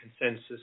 consensus